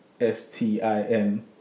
S-T-I-N